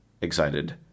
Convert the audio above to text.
excited